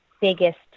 biggest